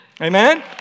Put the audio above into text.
Amen